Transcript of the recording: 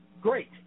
great